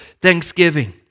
thanksgiving